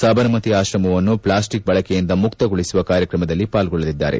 ಸಬರಮತಿ ಆಶ್ರಮವನ್ನು ಪ್ಲಾಸ್ಟಿಕ್ ಬಳಕೆಯಿಂದ ಮುಕ್ತಗೊಳಿಸುವ ಕಾರ್ಯಕ್ರಮದಲ್ಲಿ ಪಾರ್ಗೊಳ್ಳಲಿದ್ದಾರೆ